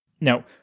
Now